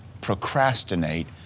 procrastinate